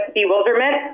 bewilderment